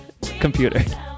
Computer